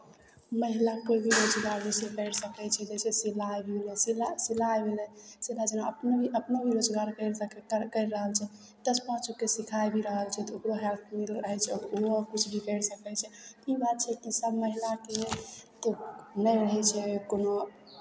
महिलाके भी रोजगार करि सकै छै जइसे सिलाइ भेलै सिलाइ सिलाइमे सिलाइसँ अपनो भी अपनो भी रोजगार करि सकै करि रहल छै दस पाँच गोकेँ सिखा भी रहल छै तऽ ओकरो हेल्प मिल रहल छै ओहो किछु भी करि सकै छै ई बात छै कि सभ महिलाके तऽ नहि रहै छै कोनो